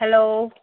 hello